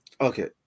Okay